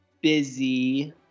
busy